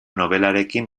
nobelarekin